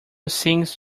sings